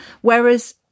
Whereas